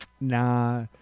nah